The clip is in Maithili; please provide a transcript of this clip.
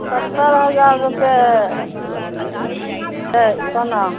सत्तरि हजार रुपये छै सोना